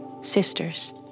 sisters